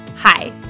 Hi